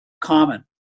common